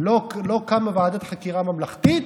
לא קמה ועדת חקירה ממלכתית,